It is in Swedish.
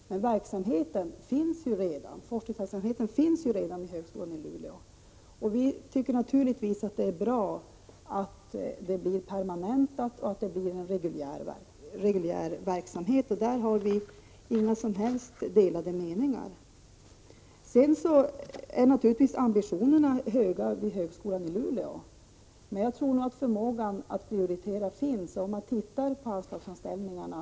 Forskningsverksamheten finns redan vid högskolan i Luleå. Vitycker naturligtvis att det är bra att anslaget blir permanentat och att verksamheten blir reguljär. Därom råder inga delade meningar. Ambitionerna är höga vid högskolan i Luleå, och förmågan att prioritera finns nog. Det ser man på anslagsframställningarna.